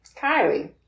Kylie